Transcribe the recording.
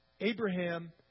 Abraham